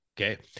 Okay